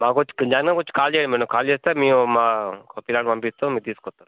మాకొవచ్చి మీర్ జాయిన్ అయ్యినాకొచ్చి కాల్ చేయండి మేడం కాల్ చేస్తే మేము మా ఒక పిల్లోడిని పంపిస్తాం మీర్ తీసుకొత్తరు